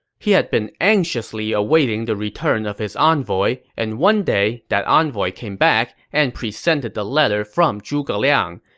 he had been anxiously awaiting the return of his envoy, and one day, that envoy came back and presented the letter from zhuge liang.